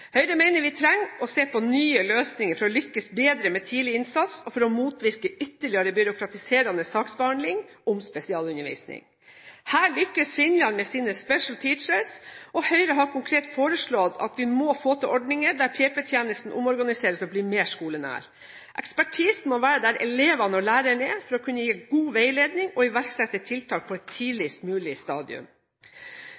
Høyre mener vi trenger å se på nye løsninger for å lykkes bedre med tidlig innsats og for å motvirke ytterligere byråkratiserende saksbehandling om spesialundervisning. Her lykkes Finland med sine «special teachers», og Høyre har konkret foreslått at vi må få til ordninger der PP-tjenesten omorganiseres og blir mer skolenær. Ekspertisen må være der elevene og læreren er, for å kunne gi god veiledning og iverksette tiltak på et